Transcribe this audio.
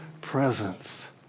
presence